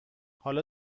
حالا